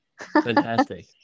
Fantastic